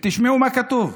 תשמעו מה כתוב: